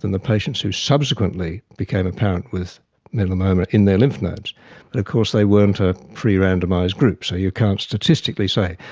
than the patients who subsequently became apparent with melanoma in their lymph nodes, but of course they weren't a free randomised group, so you can't statistically say,